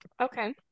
Okay